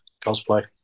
Cosplay